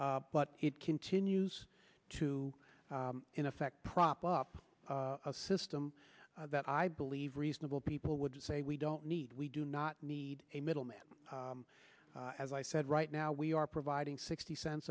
but it continues to in effect prop up a system that i believe reasonable people would say we don't need we do not need a middleman as i said right now we are providing sixty cents